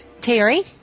Terry